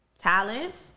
talents